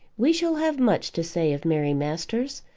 we shall have much to say of mary masters,